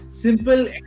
simple